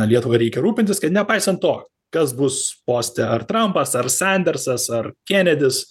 lietuvai reikia rūpintis kad nepaisant to kas bus poste ar trampas ar sendersas ar kenedis